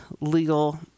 legal